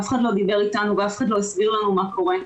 אף אחד לא דיבר איתנו ואף אחד לא הסביר לנו מה קורה.